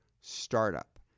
startup